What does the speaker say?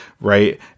right